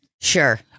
Sure